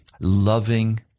loving